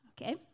okay